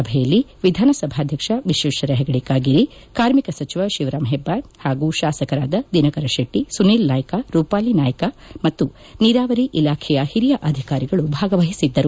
ಸಭೆಯಲ್ಲಿ ವಿಧಾನಸಭಾಧ್ಯಕ್ಷ ವಿಶ್ವೇಶ್ವರ ಹೆಗಡೆ ಕಾರ್ಮಿಕ ಸಚಿವ ಶಿವರಾಮ ಹೆಬ್ಬಾರ್ ಹಾಗೂ ಶಾಸಕರಾದ ದಿನಕರ ಶೆಟ್ಟಿ ಸುನೀಲ್ ನಾಯ್ಕ ರೂಪಾಲಿ ನಾಯ್ಕ ಮತ್ತು ನೀರಾವರಿ ಇಲಾಖೆಯ ಹಿರಿಯ ಅಧಿಕಾರಿಗಳು ಭಾಗವಹಿಸಿದ್ದರು